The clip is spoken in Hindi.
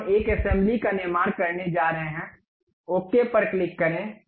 अब हम एक असेंबली का निर्माण करने जा रहे हैं ओके पर क्लिक करें